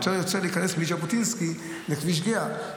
יוצא לי להיכנס מז'בוטינסקי לכביש גהה,